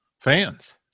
fans